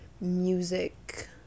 music